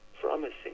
promising